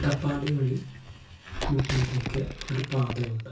അട്ടപ്പാടി വഴി ഊട്ടിയിലേക്ക് ഒരു പാതയുണ്ട്